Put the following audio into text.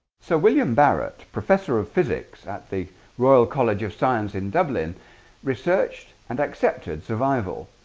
sir william barret professor of physics at the royal college of science in dublin researched and accepted survival,